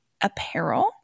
apparel